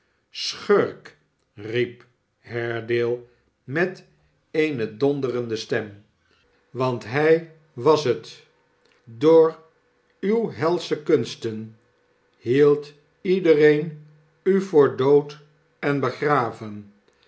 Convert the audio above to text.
sschurk riep haredale met eene donderende stem want hyj was het door uwe helsche kunsten hield iedereen u voor iood en begraven